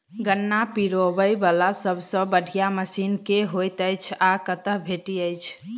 गन्ना पिरोबै वला सबसँ बढ़िया मशीन केँ होइत अछि आ कतह भेटति अछि?